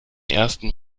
ersten